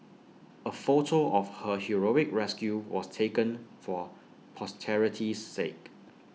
A photo of her heroic rescue was taken for posterity's sake